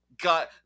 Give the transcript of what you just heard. got